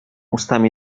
ustami